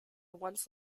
once